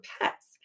pets